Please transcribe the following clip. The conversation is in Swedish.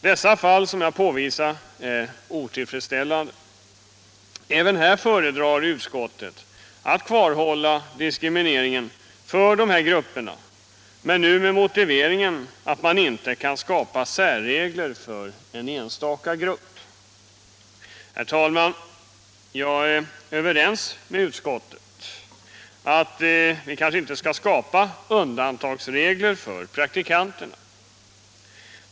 Dessa fall som jag påvisat är otillfredsställande. Även här föredrar utskottet att kvarhålla diskrimineringen, men nu med motiveringen att man inte kan skapa särregler för en enstaka grupp. Herr talman! Jag är överens med utskottet om att vi inte skall skapa undantagsregler för praktikanterna.